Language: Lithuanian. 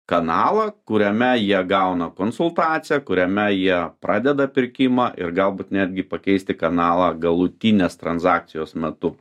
kanalą kuriame jie gauna konsultaciją kuriame jie pradeda pirkimą ir galbūt netgi pakeisti kanalą galutinės transakcijos metu